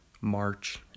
March